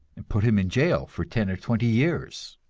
and put him in jail for ten or twenty years.